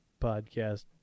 podcast